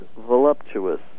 voluptuous